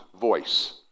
voice